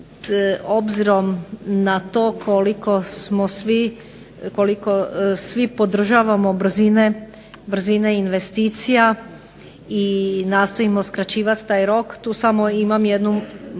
smo svi, koliko svi podržavamo brzine investicija i nastojimo skraćivati taj rok tu samo imam jednu